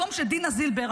מקום שדינה זילבר,